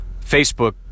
Facebook